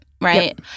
right